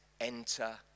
enter